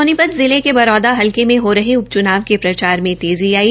सोनीपत पिले में बरौदा हलके में हो रहे उप च्नाव प्रचार में तेज़ी आई